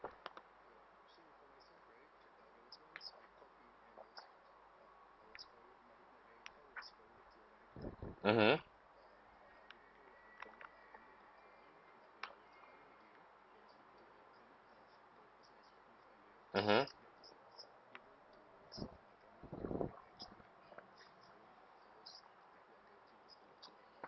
mmhmm mmhmm